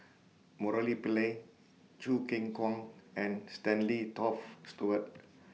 Murali Pillai Choo Keng Kwang and Stanley Toft Stewart